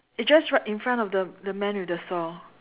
it's just right in front of the the man with the saw